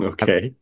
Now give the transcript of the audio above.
Okay